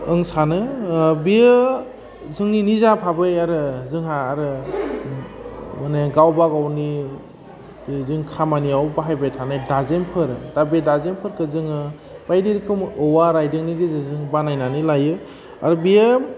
ओं सानो बेयो जोंनि निजा भाबै आरो जोंहा आरो माने गावबागावनि बिजों खामानियाव बाहायबाय थानाय दाजेमफोर दा बे दाजेमफोरखो जोङो बायदि रोखोमनि औवा रायदेंनि गेजेरजों बानायनानै लायो आरो बेयो